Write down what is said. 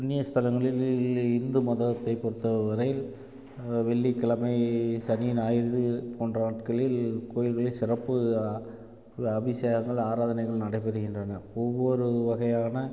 புண்ணிய ஸ்தலங்களில் இந்து மதத்தை பொறுத்தவரையில் வெள்ளிக்கிழமை சனி ஞாயிறு போன்ற நாட்களில் கோயில்களில் சிறப்பு அபிஷேகங்கள் ஆராதனைகள் நடைபெறுகின்றன ஒவ்வொரு வகையான